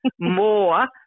more